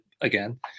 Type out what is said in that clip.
again